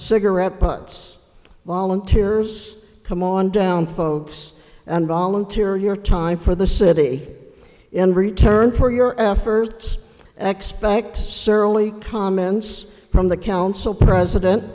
cigarette butts volunteers come on down folks and volunteer your time for the city in return for your efforts expect surly comments from the council president